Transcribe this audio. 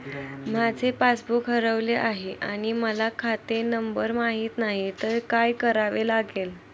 माझे पासबूक हरवले आहे आणि मला खाते क्रमांक माहित नाही तर काय करावे लागेल?